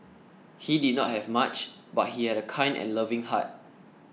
he did not have much but he had a kind and loving heart